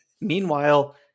meanwhile